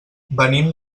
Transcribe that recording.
venim